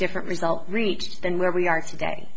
different result reach than where we are today